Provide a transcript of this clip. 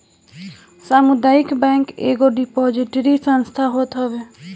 सामुदायिक बैंक एगो डिपोजिटरी संस्था होत हवे